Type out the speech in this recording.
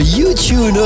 YouTube